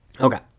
Okay